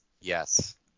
Yes